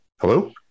Hello